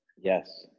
Yes